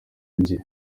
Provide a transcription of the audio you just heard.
ebyiri